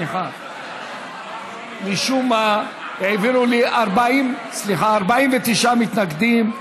משום מה העבירו לי, סליחה, 48 מתנגדים,